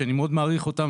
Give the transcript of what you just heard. שאני מאוד מעריך אותם,